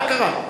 מה קרה?